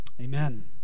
Amen